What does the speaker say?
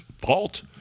fault